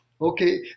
okay